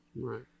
Right